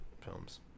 films